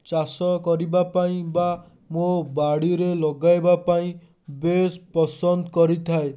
ଚାଷ କରିବାପାଇଁ ବା ମୋ ବାଡ଼ିରେ ଲଗାଇବା ପାଇଁ ବେଶ୍ ପସନ୍ଦ କରିଥାଏ